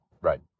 Right